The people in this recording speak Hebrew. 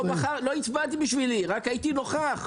לא הצבעתי בשבילי, רק הייתי נוכח.